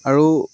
আৰু